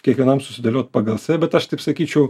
kiekvienam susidėliot pagal save bet aš taip sakyčiau